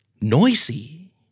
Noisy